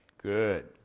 Good